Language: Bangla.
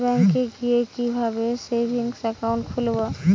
ব্যাঙ্কে গিয়ে কিভাবে সেভিংস একাউন্ট খুলব?